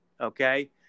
Okay